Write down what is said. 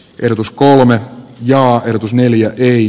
kierros kolme ja ajoitus neljä ei